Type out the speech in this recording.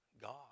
God